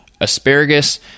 asparagus